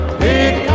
pick